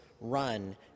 run